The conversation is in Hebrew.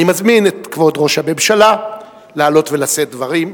אני מזמין את כבוד ראש הממשלה לעלות ולשאת דברים.